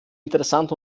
interessant